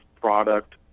product